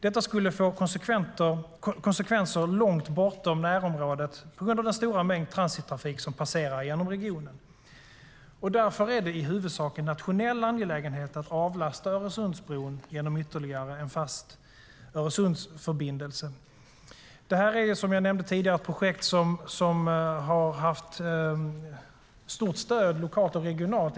Detta skulle få konsekvenser långt bortom närområdet på grund av den stora mängd transittrafik som passerar genom regionen. Därför är det i huvudsak en nationell angelägenhet att avlasta Öresundsbron genom ytterligare en fast Öresundsförbindelse. Detta är, som jag nämnde tidigare, ett projekt som har haft stort stöd lokalt och regionalt.